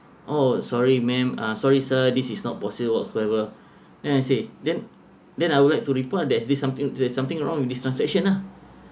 oh sorry ma'am uh sorry sir this is not possible whatsoever then I say then then I would like to report there's this something there's something wrong with this transaction lah